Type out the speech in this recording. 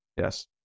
yes